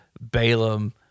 Balaam